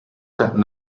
sat